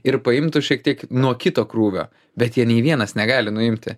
ir paimtų šiek tiek nuo kito krūvio bet jie nei vienas negali nuimti